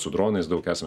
su dronais daug esame